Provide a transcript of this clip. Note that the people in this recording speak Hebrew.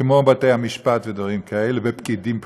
כמו בתי-המשפט ודברים כאלה, ופקידים בכירים.